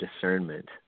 discernment